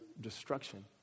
destruction